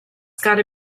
gotta